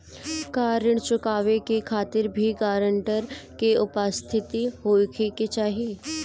का ऋण चुकावे के खातिर भी ग्रानटर के उपस्थित होखे के चाही?